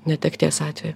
netekties atveju